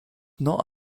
not